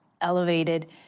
elevated